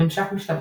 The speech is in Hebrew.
ממשק משתמש